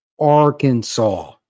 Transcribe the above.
Arkansas